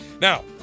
Now